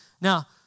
Now